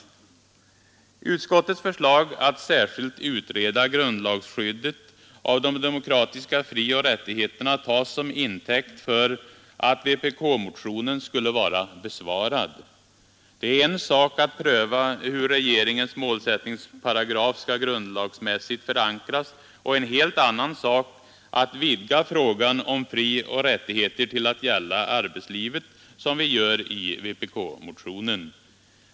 Utskottets förslag att särskilt utreda grundlagsskyddet av de demokratiska frioch rättigheterna tas som intäkt för att vpk-motionen skulle vara besvarad. Det är en sak att pröva hur regeringens målsättningsparagraf skall grundlagsmässigt förankras och en helt annan sak att vidga frågan om frioch rättigheter till att gälla arbetslivet, som vi gör i vpk-motionen.